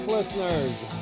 Listeners